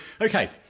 okay